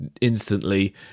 instantly